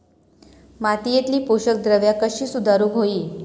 मातीयेतली पोषकद्रव्या कशी सुधारुक होई?